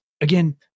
again